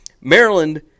Maryland